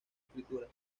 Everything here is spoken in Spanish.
escrituras